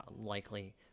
likely